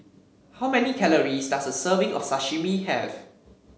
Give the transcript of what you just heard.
how many calories does a serving of Sashimi have